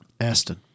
Aston